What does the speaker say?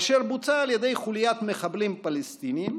אשר בוצע על ידי חוליית מחבלים פלסטיניים,